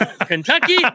Kentucky